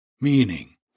Meaning